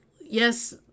yes